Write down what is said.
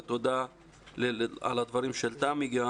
ותודה על הדברים של תמי.